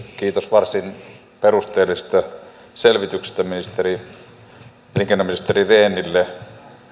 kiitos varsin perusteellisesta selvityksestä elinkeinoministeri rehnille